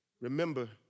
remember